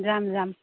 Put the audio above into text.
যাম যাম